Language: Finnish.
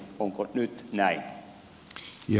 onko nyt näin